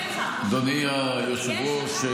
אדוני היושב-ראש,